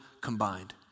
combined